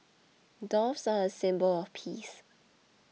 doves are a symbol of peace